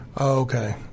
Okay